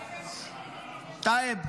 טייב,